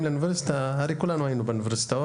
לאוניברסיטה הרי כולנו היינו באוניברסיטאות